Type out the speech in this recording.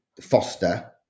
foster